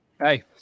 hey